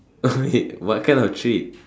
oh wait what kind of treat